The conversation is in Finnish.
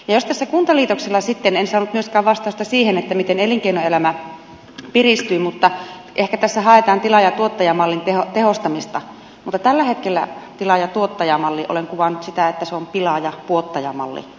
jos tässä kuntaliitoksilla sitten en saanut myöskään vastausta siihen miten elinkeinoelämä piristyy ehkä haetaan tilaaja ja tuottajamallin tehostamista mutta tällä hetkellä tilaaja tuottaja malli olen kuvannut sitä on pilaaja puottajamalli tällaisenaan